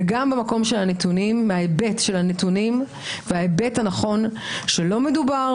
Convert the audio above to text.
וגם מההיבט של הנתונים וההיבט הנכון שלא מדובר,